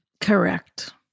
Correct